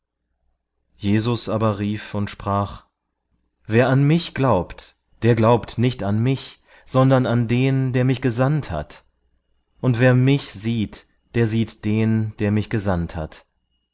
jesus aber rief und sprach wer an mich glaubt der glaubt nicht an mich sondern an den der mich gesandt hat und wer mich sieht der sieht den der mich gesandt hat